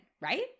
right